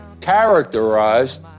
characterized